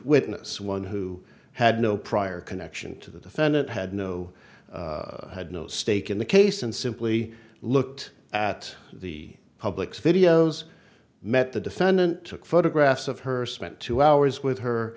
witness one who had no prior connection to the defendant had no had no stake in the case and simply looked at the public's videos met the defendant took photographs of her spent two hours with her